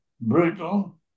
brutal